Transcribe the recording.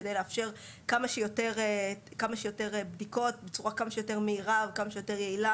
כדי לאפשר כמה שיותר בדיקות בצורה כמה שיותר מהירה ויעילה,